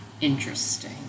interesting